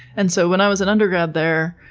and so when i was an undergrad there,